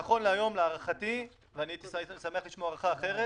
נכון להיום, להערכתי הייתי שמח לשמוע הערכה אחרת